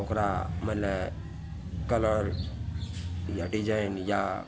ओकरा मने कलर या डिजाइन या